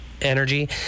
energy